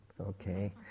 Okay